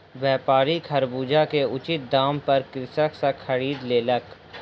व्यापारी खरबूजा के उचित दाम पर कृषक सॅ खरीद लेलक